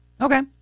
okay